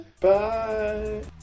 Bye